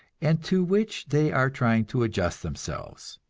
and to which they are trying to adjust themselves.